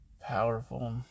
powerful